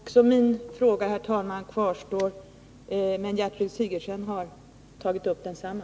Herr talman! Också min fråga kvarstår, men Gertrud Sigurdsen har tagit upp densamma.